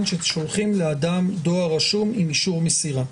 ששולחים לאדם דואר רשום עם אישור מסירה.